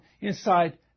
inside